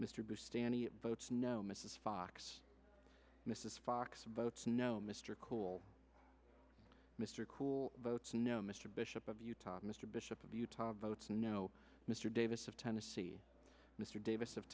he votes no mrs fox mrs fox votes no mr cool mr cool votes no mr bishop of utah mr bishop of utah votes no mr davis of tennessee mr davis of